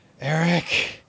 Eric